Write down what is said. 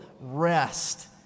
rest